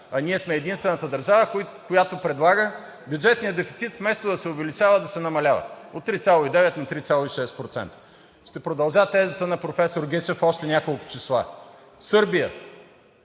а ние сме единствената държава, която предлага бюджетният дефицит, вместо да се увеличава, да се намалява от 3,9 на 3,6%, ще продължа тезата на професор Гечев с още няколко числа: Сърбия